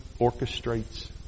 orchestrates